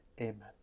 Amen